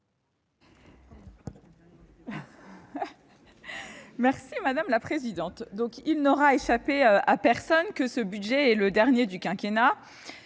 Merci, madame la présidente ! Il n'aura échappé à personne que ce budget est le dernier du quinquennat.